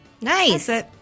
Nice